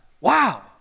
wow